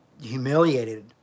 humiliated